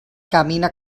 camina